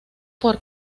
por